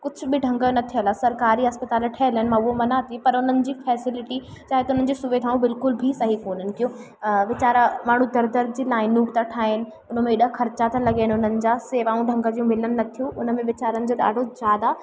कुझु बि ढंग जो न थियलु आहे सरकारी अस्पताल ठहियल आहिनि मां उहो मञां थी पर उन्हनि जी फैसिलिटी छा आहे त उन्हनि जी सुविधाऊं बिल्कुलु बि सही कोन्हनि कयो वेचारा माण्हू दर दर जी लाइनूं ता ठाहिनि उन में एॾा ख़र्चा था लॻनि उन्हनि जा सेवाऊं ढंग जू मिलनि नथियूं उन में वेचारनि जो ॾाढो ज्यादा